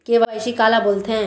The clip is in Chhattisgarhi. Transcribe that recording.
के.वाई.सी काला बोलथें?